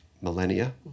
millennia